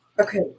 Okay